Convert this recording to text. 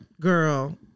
girl